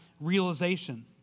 realization